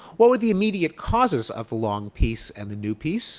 what would the immediate causes of the long peace and the new peace